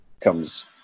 comes